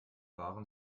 waren